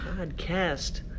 podcast